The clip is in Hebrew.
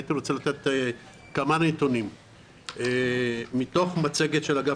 הייתי רוצה להציג כמה נתונים מתוך מצגת של אגף